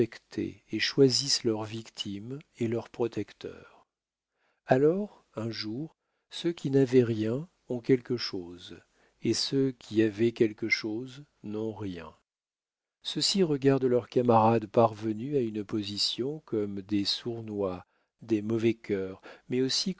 et choisissent leurs victimes et leurs protecteurs alors un jour ceux qui n'avaient rien ont quelque chose et ceux qui avaient quelque chose n'ont rien ceux-ci regardent leurs camarades parvenus à une position comme des sournois des mauvais cœurs mais aussi